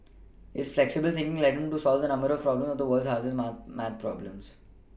his flexible thinking led him to solve a number of the problems of the world's hardest mark math problems